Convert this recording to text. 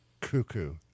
cuckoo